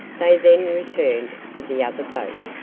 they then returned for the other boat,